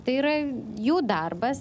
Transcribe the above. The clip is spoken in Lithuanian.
tai yra jų darbas